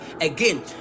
again